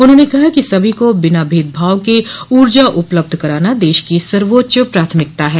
उन्होंने कहा कि सभी को बिना भेदभाव के ऊर्जा उपलब्ध कराना देश की सर्वोच्च प्राथमिकता है